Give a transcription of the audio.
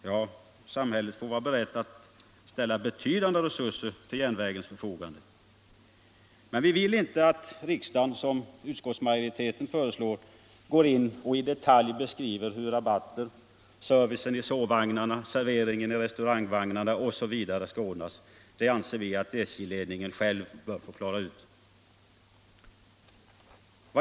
Ja, samhället får vara berett att ställa betydande resurser till järnvägens förfogande. Men vi vill inte att riksdagen, som utskottsmajoriteten föreslår, går in och i detalj beskriver hur rabatter, servicen i sovvagnarna, serveringen i restaurangvagnarna osv. skall ordnas. Det anser vi att SJ-ledningen själv bör få klara ut.